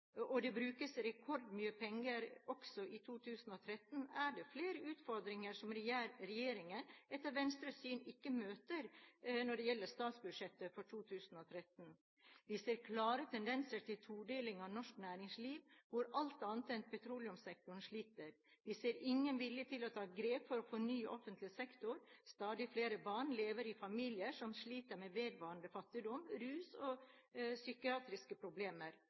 og det brukes rekordmye penger også i 2013, er det flere utfordringer som regjeringen etter Venstres syn ikke møter når det gjelder statsbudsjettet for 2013. Vi ser klare tendenser til todeling av norsk næringsliv, hvor alt annet enn petroleumssektoren sliter. Vi ser ingen vilje til å ta grep for å fornye offentlig sektor. Stadig flere barn lever i familier som sliter med vedvarende fattigdom, rus og psykiatriske problemer.